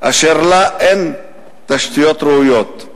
אשר לה אין תשתיות ראויות.